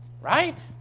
right